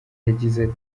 yagize